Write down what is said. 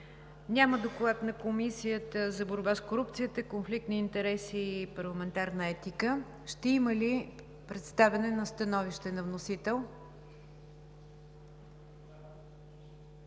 Няма доклад на Комисията за борба с корупцията, конфликт на интереси и парламентарна етика. Ще има ли представяне на становище на вносител?